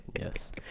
Yes